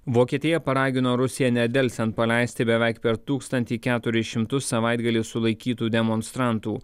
vokietija paragino rusiją nedelsiant paleisti beveik per tūkstantį keturis šimtus savaitgalį sulaikytų demonstrantų